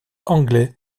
anglais